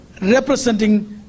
representing